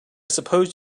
suppose